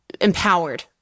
empowered